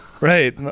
Right